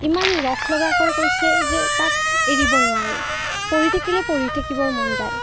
ইমান ৰসলগাকৈ কৈছে যে তাক এৰিব নোৱাৰি পঢ়ি থাকিলে পঢ়ি থাকিবৰ মন যায়